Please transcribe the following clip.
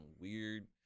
weird